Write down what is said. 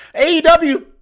AEW